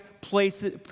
places